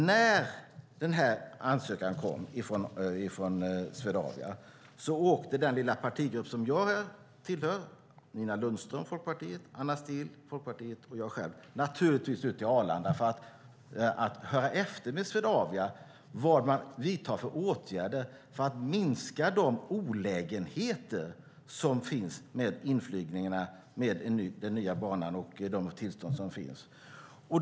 När den här ansökan kom från Swedavia åkte den lilla partigrupp som jag tillhör - Nina Lundström, Folkpartiet, Anna Steele, Folkpartiet, och jag själv - naturligtvis ut till Arlanda för att höra efter med Swedavia vad man vidtar för åtgärder för att minska de olägenheter som finns i samband med inflygningarna till den nya banan och de tillstånd som finns.